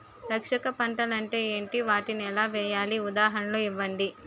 రక్షక పంటలు అంటే ఏంటి? వాటిని ఎలా వేయాలి? ఉదాహరణలు ఇవ్వండి?